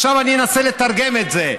עכשיו אני אנסה לתרגם את זה: